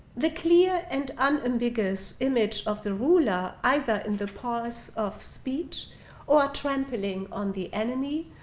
the clear and unambiguous image of the ruler, either in the parse of speech or trampling on the enemy,